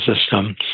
system